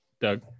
Doug